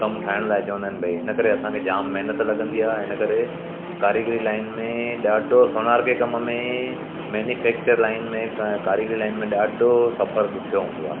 कमु ठाहिण लाइ चवंदा आहिनि भई हिन करे असांखे जाम महिनत लॻंदी आहे हिन करे कारीगरी लाइन में ॾाढो सोनार खे कम में मैन्युफैक्चर लाइन में का कारीगरी लाइन में ॾाढो सफ़र ॾुखियो हूंदो आहे